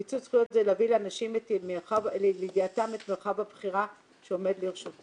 מיצוי זכויות זה להביא לידיעת אנשים את מרחב הבחירה שעומד לרשותם,